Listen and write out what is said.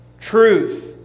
truth